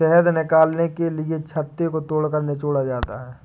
शहद निकालने के लिए छत्ते को तोड़कर निचोड़ा जाता है